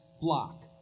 block